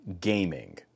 gaming